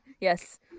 yes